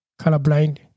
colorblind